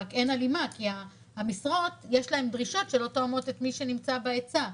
רק אין הלימה כי למשרות יש דרישות שלא תואמות את מי שנמצא בהיצע.